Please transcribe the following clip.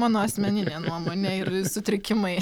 mano asmeninė nuomonė ir sutrikimai